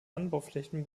anbauflächen